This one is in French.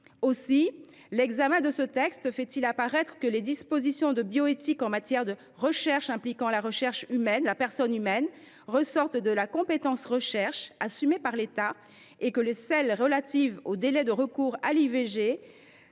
Aussi l’examen de ce texte fait il apparaître que les dispositions de bioéthique en matière de recherches impliquant la personne humaine ressortissent de la compétence recherche, assumée par l’État, et que celles qui sont relatives au délai de recours à l’IVG,